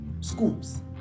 Schools